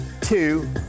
two